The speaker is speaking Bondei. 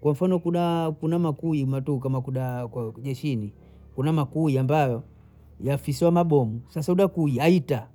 kwa mfano kuna makuyi matoka makuda kwa jeshini, kuna makuyi ambayo yafishua mabomu sasa udakui aita